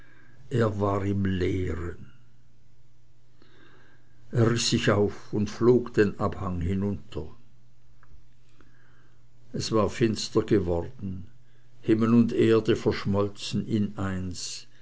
er war im leeren er riß sich auf und flog den abhang hinunter es war finster geworden himmel und erde verschmolzen in eins